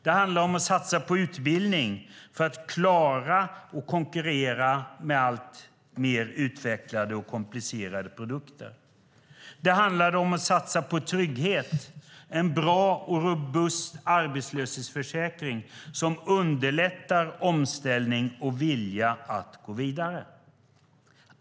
Det handlade om att satsa på utbildning för att klara att konkurrera med alltmer utvecklade och komplicerade produkter. Det handlade om att satsa på trygghet, en bra och robust arbetslöshetsförsäkring som underlättade omställning och vilja att gå vidare.